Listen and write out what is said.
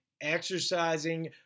exercising